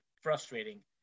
frustrating